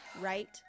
right